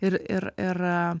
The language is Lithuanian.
ir ir ir a